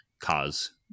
cause